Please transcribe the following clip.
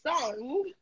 song